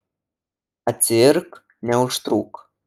atsiirk neužtruk